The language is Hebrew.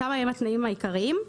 שם נמצאים התנאים העיקריים.